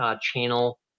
channel